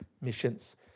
missions